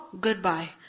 goodbye